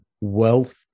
wealth